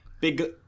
big